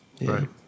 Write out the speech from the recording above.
Right